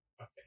Okay